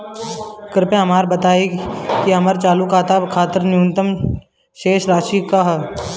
कृपया हमरा बताइं कि हमर चालू खाता खातिर न्यूनतम शेष राशि का ह